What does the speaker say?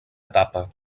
etapa